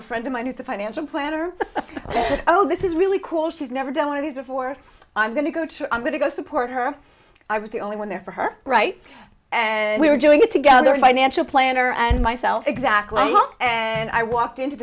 a friend of mine who's a financial planner oh this is really cool she's never done one of these before i'm going to go i'm going to go support her i was the only one there for her right and we were doing it together financial planner and myself exactly and i walked into